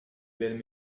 belles